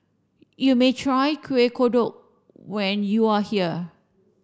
you may try Kuih Kodok when you are here